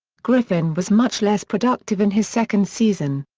griffin was much less productive in his second season.